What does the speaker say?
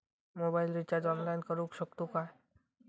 Mobile recharge online करुक शकतू काय?